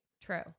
True